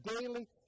daily